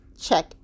check